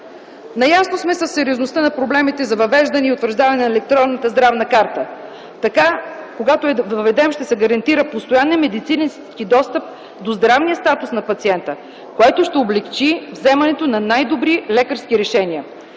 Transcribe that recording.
Наясно сме със сериозността на проблемите за въвеждане и утвърждаване на Електронната здравна карта. Когато я въведем, ще се гарантира постоянен медицински достъп до здравния статус на пациента, което ще облекчи вземането на най-добри лекарски решения.